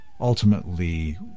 ultimately